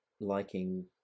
liking